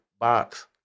box